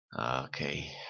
Okay